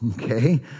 Okay